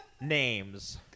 Names